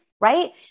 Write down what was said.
right